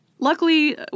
Luckily